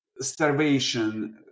starvation